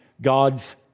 God's